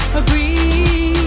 agree